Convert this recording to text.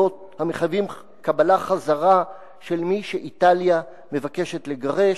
המחייבים קבלה חזרה של מי שאיטליה מבקשת לגרש.